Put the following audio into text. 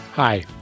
Hi